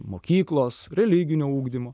mokyklos religinio ugdymo